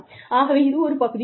ஆகவே இது ஒரு பகுதி ஆகும்